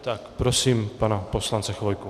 Tak prosím pana poslance Chvojku.